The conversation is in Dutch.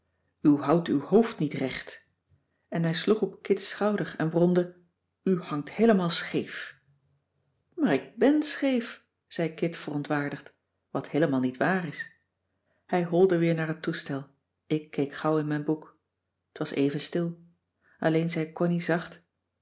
houdt uw hoofd niet recht en hij sloeg op kit's schouder en bromde u hangt heelemaal scheef maar ik bèn scheef zei kit verontwaardigd wat heelemaal niet waar is hij holde weer naar het toestel ik keek gauw in mijn boek t was even stil alleen zei connie zacht